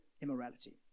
immorality